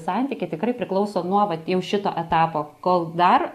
santykiai tikrai priklauso nuo vat jau šito etapo kol dar